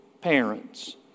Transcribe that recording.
parents